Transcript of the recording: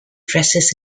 dresses